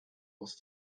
aus